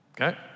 Okay